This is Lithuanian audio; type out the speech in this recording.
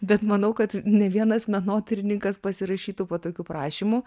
bet manau kad ne vienas menotyrininkas pasirašytų po tokiu prašymu